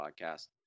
podcast